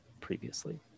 previously